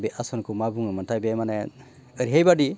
बे आसनखौ मा बुङोमोन्थाय बे माने ओरैहायबदि